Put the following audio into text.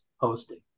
posting